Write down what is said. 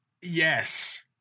Yes